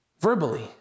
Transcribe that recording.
verbally